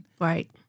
Right